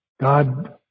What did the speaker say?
God